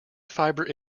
fibre